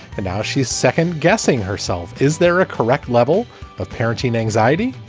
and now she's second guessing herself. is there a correct level of parenting anxiety?